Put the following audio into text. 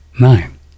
Nine